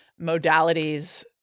modalities